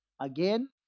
Again